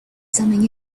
something